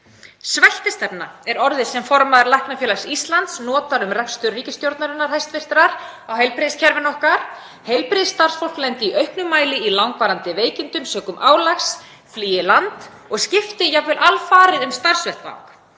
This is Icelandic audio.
Sveltistefna er orðið sem formaður Læknafélags Íslands notar um rekstur hæstv. ríkisstjórnar á heilbrigðiskerfinu okkar. Heilbrigðisstarfsfólk lendi í auknum mæli í langvarandi veikindum sökum álags, flýi land og skipti jafnvel alfarið um starfsvettvang.